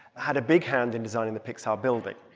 had a big hand in designing the pixar building.